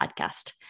podcast